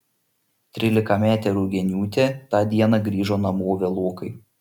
trylikametė rugieniūtė tą dieną grįžo namo vėlokai